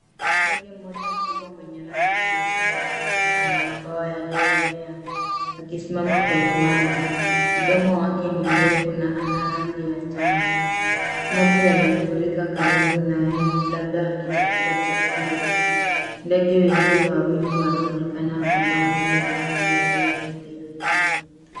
Ndege mmoja mkubwa mwenye rangi nyeusi na nyeupe ana mabawa yaliyoenea, akisimama kwenye maji. Mdomo wake ni mrefu na ana rangi ya njano. Maji yamefurika karibu naye labda akitafuta chakula. Ndege wengine wawili wanaonekana kwa mbali kwenye maji yaliyotulia.